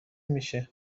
میشه